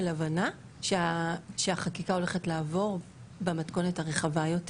הבנה שהחקיקה הולכת לעבור במתכונת הרחבה יותר.